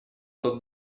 тот